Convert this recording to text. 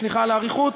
סליחה על האריכות,